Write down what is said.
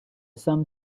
sum